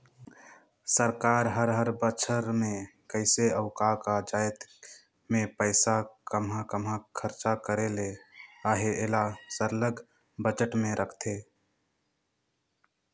सरकार हर हर बछर में कइसे अउ का का जाएत में पइसा काम्हां काम्हां खरचा करे ले अहे एला सरलग बजट में रखथे